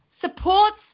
supports